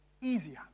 easier